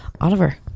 Oliver